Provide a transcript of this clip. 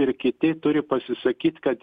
ir kiti turi pasisakyt kad